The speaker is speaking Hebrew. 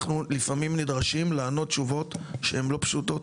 אנחנו לפעמים נדרשים לענות תשובות שהן לא פשוטות.